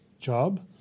job